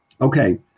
Okay